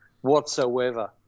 whatsoever